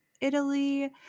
Italy